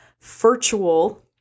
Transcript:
virtual